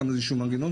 גם איזשהו מנגנון,